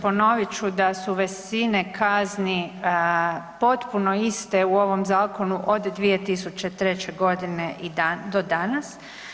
Ponovit ću da su visine kazni potpuno iste u ovom zakonu od 2003. godine do danas.